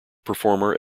performer